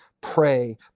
pray